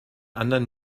anderen